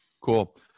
cool